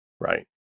right